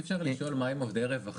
אפשר לשאול מה לגבי עובדי רווחה?